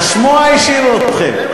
תשמוע השאירו אתכם.